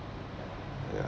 ya